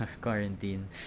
quarantine